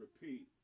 repeat